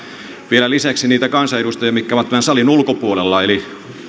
vielä lisäksi niitä kansanedustajia mitkä ovat tämän salin ulkopuolella eli